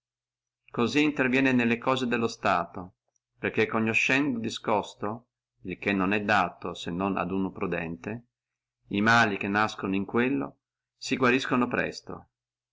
cosí interviene nelle cose di stato perché conoscendo discosto il che non è dato se non a uno prudente e mali che nascono in quello si guariscono presto